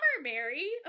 mary